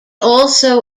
also